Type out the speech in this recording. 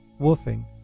woofing